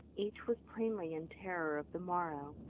each was plainly in terror of the morrow.